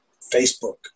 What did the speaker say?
Facebook